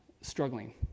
struggling